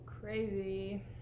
Crazy